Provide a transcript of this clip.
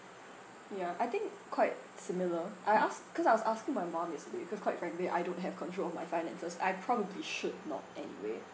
ya I think quite similar I ask cause I was asking my mum yesterday cause quite frankly I don't have control over my finances I probably should not anyway